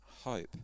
hope